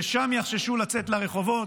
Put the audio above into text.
ששם יחששו לצאת לרחובות,